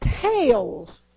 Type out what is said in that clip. tails